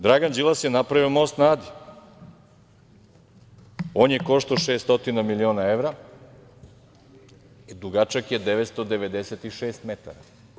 Dragan Đilas je napravio most na Adi, on je koštao 600 miliona evra, dugačak je 996 metara.